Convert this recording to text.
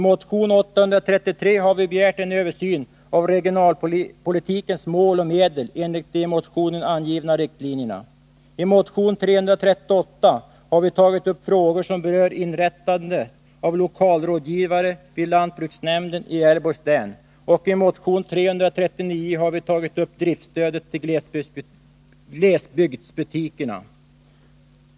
I motion 833 har vi begärt en översyn av regionalpolitikens mål och medel enligt de i motionen angivna riktlinjerna. I motion 338 har vi tagit upp frågor som berör inrättandet av lokalrådgivare vid lantbruksnämnden i Gävleborgs län, och i motion 339 har vi tagit upp driftstödet till glesbygdsbutikerna.